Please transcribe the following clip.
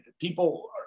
people